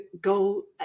go